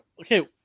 Okay